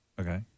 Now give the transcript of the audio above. Okay